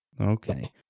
Okay